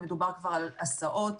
מדובר כבר על הסעות,